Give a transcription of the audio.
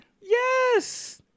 Yes